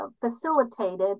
facilitated